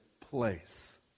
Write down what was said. place